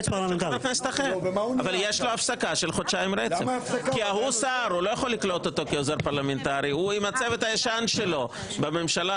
אבל הוא לא יכול לקלוט אותם עד שהוא לא מגיע לכנסת,